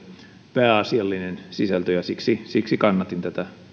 pääasiallinen sisältö ja siksi siksi kannatin tätä